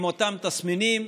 עם אותם תסמינים,